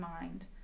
mind